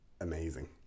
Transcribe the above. amazing